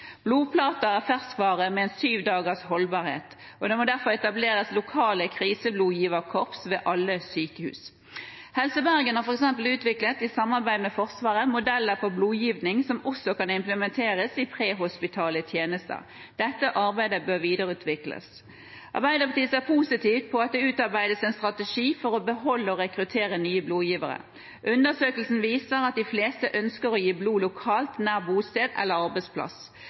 Blodplater er ferskvare med sju dagers holdbarhet, og det må derfor etableres lokale kriseblodgiverkorps ved alle sykehus. Helse Bergen har f.eks., i samarbeid med Forsvaret, utviklet modeller for blodgivning som også kan implementeres i prehospitale tjenester. Dette arbeidet bør videreutvikles. Arbeiderpartiet ser positivt på at det utarbeides en strategi for å beholde og rekruttere nye blodgivere. Undersøkelser viser at de fleste ønsker å gi blod lokalt, nær bosted eller arbeidsplass.